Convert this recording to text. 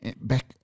back